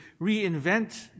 reinvent